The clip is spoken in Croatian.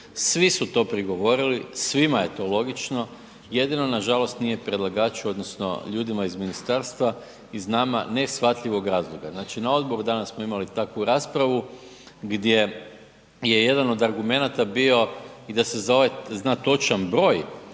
Svi su to prigovorili svima je to logično jedino nažalost nije predlagaču odnosno ljudima iz ministarstva iz nama neshvatljivog razloga. Znači na odboru danas smo imali takvu raspravu gdje je jedan od argumenata bio i da se za ovaj zna točan broj